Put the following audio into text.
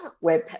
web